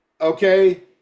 okay